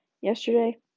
yesterday